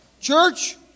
Church